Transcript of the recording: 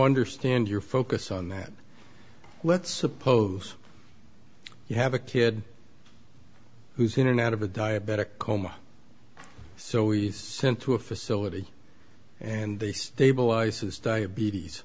understand your focus on that let's suppose you have a kid who's in and out of a diabetic coma so he's sent to a facility and they stabilize his diabetes